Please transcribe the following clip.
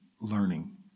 learning